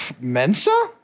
Mensa